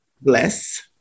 Bless